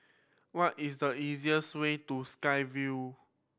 what is the easiest way to Sky Vue